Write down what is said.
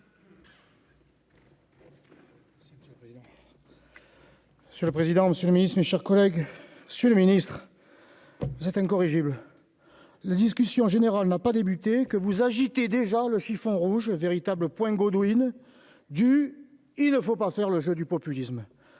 Monsieur le président, Monsieur le Ministre, mes chers collègues sur le ministre, vous êtes incorrigible la discussion générale n'a pas débuté que vous agitez déjà le chiffon rouge, véritable point Godwin du, il ne faut pas faire le jeu du populisme,